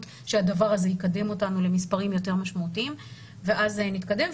שהדבר הזה יקדם אותנו למספרים יותר משמעותיים ואז נתקדם.